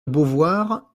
beauvoir